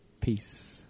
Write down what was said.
Peace